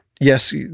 yes